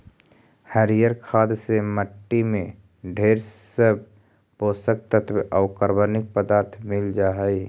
हरियर खाद से मट्टी में ढेर सब पोषक तत्व आउ कार्बनिक पदार्थ मिल जा हई